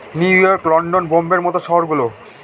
new York, London, বোম্বের মত শহর গুলো